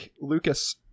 Lucas